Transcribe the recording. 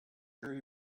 true